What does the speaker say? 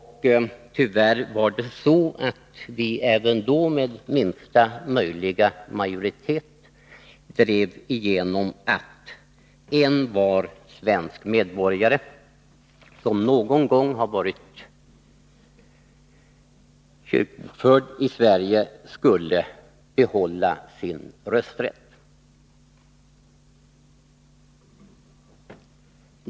Det var ju så att vi — tyvärr även då med minsta möjliga majoritet — drev igenom att envar svensk medborgare som någon gång har varit kyrkobokförd i Sverige skulle få behålla sin rösträtt.